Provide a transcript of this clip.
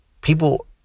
people